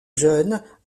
jeune